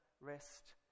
rest